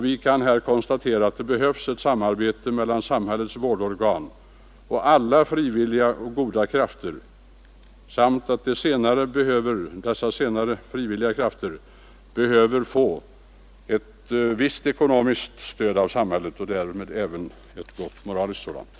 Vi kan konstatera att det behövs ett samarbete mellan samhällets vårdorgan och alla frivilliga och goda krafter samt att de senare behöver få ett visst ekonomiskt stöd av samhället och därmed även ett gott moraliskt sådant.